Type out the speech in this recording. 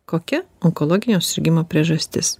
kokia onkologinio susirgimo priežastis